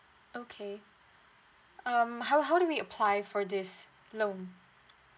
okay um how how do we apply for this loan